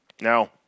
Now